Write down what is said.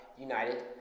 United